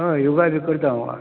हय योगा बी करतां हांव